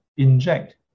inject